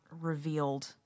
revealed